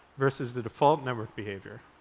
versus the default member behavior.